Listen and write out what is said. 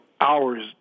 hours